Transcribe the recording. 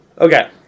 Okay